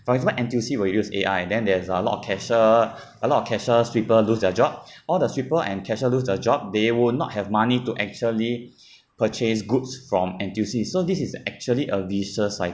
for example N_T_U_C will use A_I then there's a lot of cashier a lot of cashier sweeper lose their jobs all the sweeper and cashier lose their job they will not have money to actually purchase goods from N_T_U_C so this is actually a vicious cycle